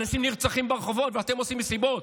אנשים נרצחים ברחובות ואתם עושים מסיבות.